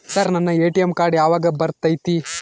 Sir ನನ್ನ ATM ಯಾವಾಗ ಬರತೈತಿ?